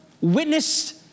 witness